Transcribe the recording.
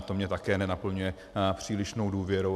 To mě také nenaplňuje přílišnou důvěrou.